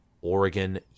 Oregon